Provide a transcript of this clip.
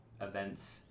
events